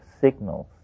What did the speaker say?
signals